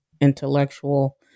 intellectual